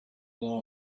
law